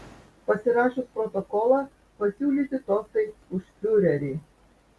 pasirašius protokolą pasiūlyti tostai už fiurerį